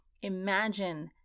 imagine